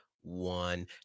one